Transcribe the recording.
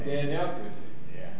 yeah yeah yeah